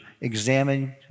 examine